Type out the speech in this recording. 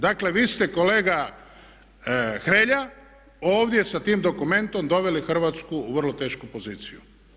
Dakle vi ste kolega Hrelja ovdje sa tim dokumentom doveli Hrvatsku u vrlo tešku poziciju.